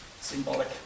Symbolic